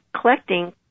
collecting